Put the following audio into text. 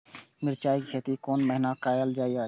मिरचाय के खेती कोन महीना कायल जाय छै?